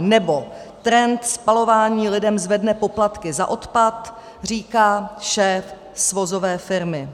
Nebo: Trend spalování lidem zvedne poplatky za odpad, říká šéf svozové firmy.